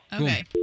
Okay